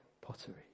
pottery